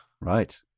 Right